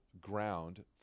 ground